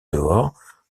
dehors